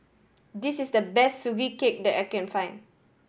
this is the best Sugee Cake that I can find